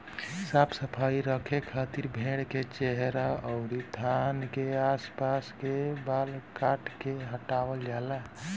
साफ सफाई रखे खातिर भेड़ के चेहरा अउरी थान के आस पास के बाल काट के हटावल जाला